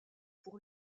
pour